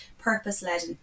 purpose-led